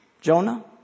Jonah